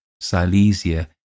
Silesia